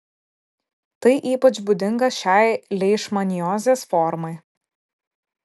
tai ypač būdinga šiai leišmaniozės formai